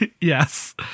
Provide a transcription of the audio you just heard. yes